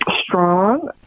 strong